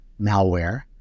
malware